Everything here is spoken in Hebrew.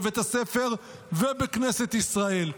בבית הספר ובכנסת ישראל.